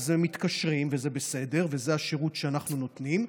מתקשרים, וזה בסדר, וזה השירות שאנחנו נותנים,